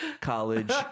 college